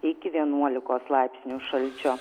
iki vienuolikos laipsnių šalčio